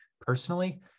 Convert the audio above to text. personally